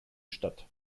statt